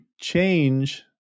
change